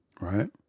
right